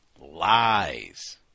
lies